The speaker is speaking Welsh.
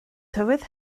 tywydd